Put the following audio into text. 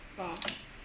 orh